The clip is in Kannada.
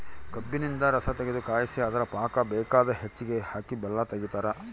ಕಬ್ಬಿನಿಂದ ರಸತಗೆದು ಕಾಯಿಸಿ ಅದರ ಪಾಕ ಬೇಕಾದ ಹೆಚ್ಚಿಗೆ ಹಾಕಿ ಬೆಲ್ಲ ತೆಗಿತಾರ